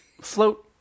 float